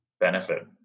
Benefit